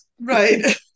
Right